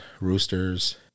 roosters